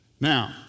Now